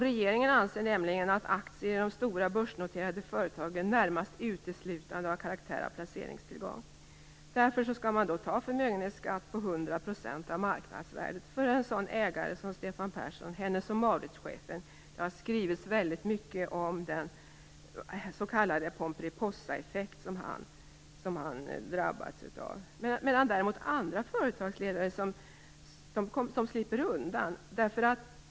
Regeringen anser nämligen att aktier i de stora börsnoterade företagen "närmast uteslutande" har karaktär av placeringstillgångar. Därför skall förmögenhetsskatt tas ut med 100 % av marknadsvärdet för en sådan ägare som Stefan Persson, Hennes & Mauritz-chefen. Det har skrivits väldigt mycket om den s.k. pomperipossaeffekt som han har drabbats av, medan andra företagsledare däremot slipper undan.